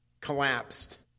collapsed